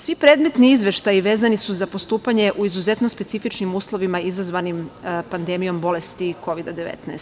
Svi predmetni izveštaji vezani su za postupanje u izuzetno specifičnim uslovima izazvanim pandemijom bolesti Kovida 19.